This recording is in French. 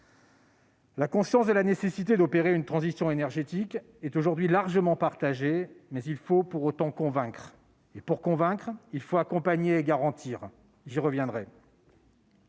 La conscience de la nécessité d'une transition énergétique est aujourd'hui largement partagée, mais il faut convaincre et, pour cela, il faut accompagner et garantir. J'y reviendrai.